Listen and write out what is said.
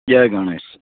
Jay Ganesh